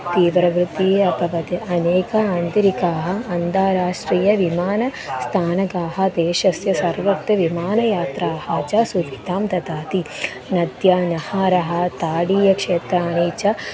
तीव्रवृत्तीयम् अभवत् अनेक आन्तरिकाः अन्ताराष्ट्रीयविमानस्थानकाः देशस्य सर्वत्र विमानयात्राः च सुविधां ददाति नद्यानहारः तटीयक्षेत्राणि च